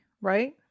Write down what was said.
right